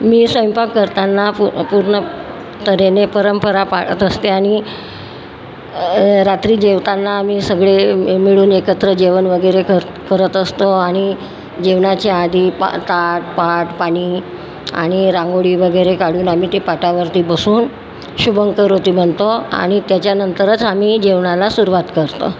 मी स्वयंपाक करताना पू पूर्ण तऱ्हेने परंपरा पाळत असते आणि रात्री जेवताना आम्ही सगळे मिळून एकत्र जेवण वगैरे कर करत असतो आणि जेवणाच्या आधी पा ताट पाट पाणी आणि रांगोळी वगैरे काढून आम्ही ते पाटावरती बसून शुभं करोती म्हणतो आणि त्याच्यानंतरच आम्ही जेवणाला सुरुवात करतो